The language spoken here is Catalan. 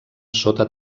sota